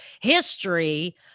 history